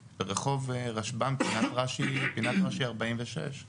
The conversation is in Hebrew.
ברח' רשב"ם פינת רש"י 46,